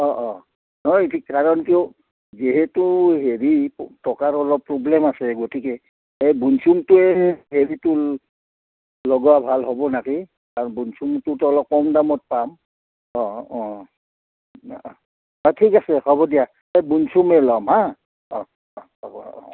অঁ অঁ কাৰণ কিয় যিহেতু হেৰি টকাৰ অলপ প্ৰব্লেম আছে গতিকে এই বনচুমটোৱে হেৰিটো লগোৱা ভাল হ'ব নেকি কাৰণ বনচুমটোতো অলপ কম দামত পাম অঁ অঁ অঁ অঁ ঠিক আছে হ'ব দিয়া এই বুনচুমেই ল'ম হা অঁ অঁ হ'ব অঁ অঁ